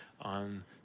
on